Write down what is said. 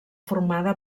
formada